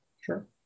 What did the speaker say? Sure